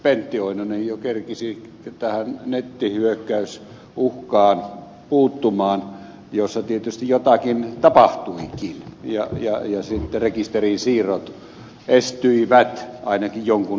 pentti oinonen jo kerkesi puuttua tähän nettihyökkäysuhkaan jossa tietysti jotakin tapahtuikin ja sitten rekisterisiirrot estyivät ainakin jonkun aikaa